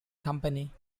company